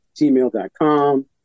gmail.com